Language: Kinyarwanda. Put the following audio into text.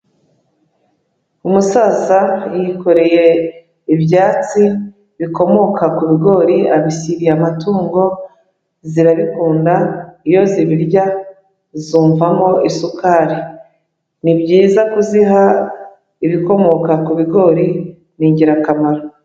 Umusaza yikoreye ibyatsi bikomoka ku bigori abishyiriye amatungo zirabikunda iyo zibirya zumvamo isukari, ni byiza kuziha ibikomoka ku bigori ni ingirakamaro.